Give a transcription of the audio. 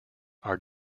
are